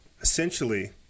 essentially